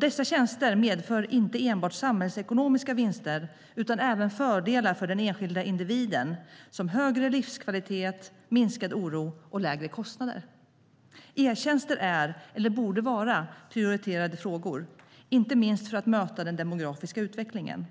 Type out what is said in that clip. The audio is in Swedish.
Dessa tjänster medför inte enbart samhällsekonomiska vinster utan även fördelar för den enskilda individen som högre livskvalitet, minskad oro och lägre kostnader. E-tjänster är, eller borde vara, prioriterade frågor, inte minst för att möta den demografiska utvecklingen.